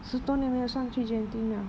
十多年没有上去 genting liao